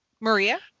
Maria